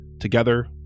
Together